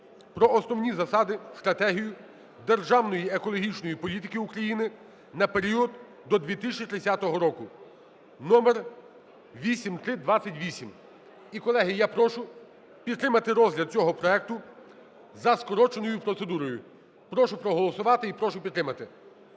про Основні засади (стратегію) державної екологічної політики України на період до 2030 року (№ 8328). І, колеги, я прошу підтримати розгляд цього проекту за скороченою процедурою. Прошу проголосувати, прошу підтримати.